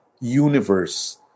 universe